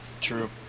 True